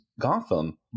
Gotham